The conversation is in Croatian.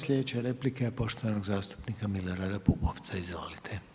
Slijedeća replika je poštovanog zastupnika Milorada Pupovca, izvolite.